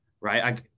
right